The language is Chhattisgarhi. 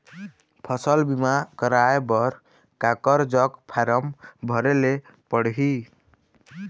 फसल बीमा कराए बर काकर जग फारम भरेले पड़ही?